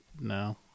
no